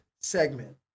segment